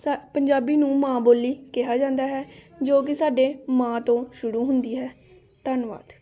ਸਾ ਪੰਜਾਬੀ ਨੂੰ ਮਾਂ ਬੋਲੀ ਕਿਹਾ ਜਾਂਦਾ ਹੈ ਜੋ ਕਿ ਸਾਡੇ ਮਾਂ ਤੋਂ ਸ਼ੁਰੂ ਹੁੰਦੀ ਹੈ ਧੰਨਵਾਦ